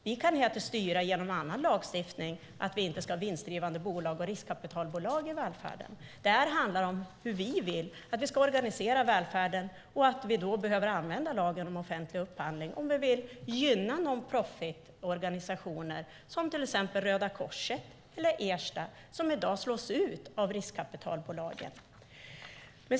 Regeringen kan genom annan lagstiftning styra så att vi inte ska ha vinstdrivande bolag och riskkapitalbolag i välfärden. Här handlar det om hur vi vill organisera välfärden och att vi behöver använda lagen om offentlig upphandling ifall vi vill gynna non-profit-organisationer som Röda Korset och Ersta, vilka i dag slås ut av riskkapitalbolagen.